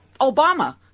Obama